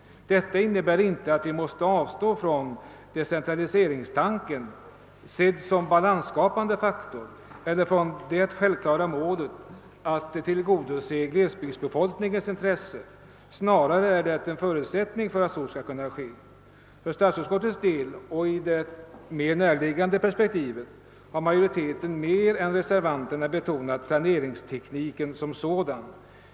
Detta innebär inte att vi måste ta avstånd från decentraliseringstanken — sedd som balansskapande faktor — eller från det självklara målet att tillgodose glesbygdsbefolkningens intressen. Snarare är det en förutsättning för denna utveckling. I det mer närliggande perspektivet har majoriteten i statsutskottet mer än reservanterna betonat planeringstekniken som sådan.